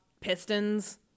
Pistons